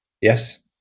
Yes